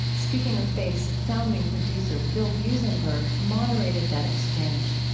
speaking of faith's founding producer, bill buzenberg, moderated that exchange